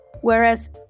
whereas